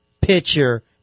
pitcher